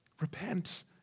Repent